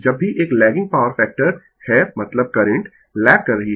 जब भी एक लैगिंग पॉवर फैक्टर है मतलब करंट लैग कर रही है